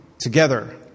together